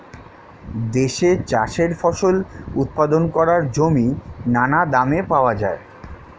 দেশে চাষের ফসল উৎপাদন করার জমি নানা দামে পাওয়া যায়